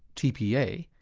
tpa,